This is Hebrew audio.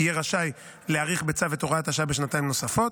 יהיה רשאי להאריך בצו את הוראת השעה בשנתיים נוספות.